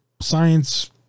science